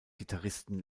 gitarristen